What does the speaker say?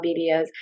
videos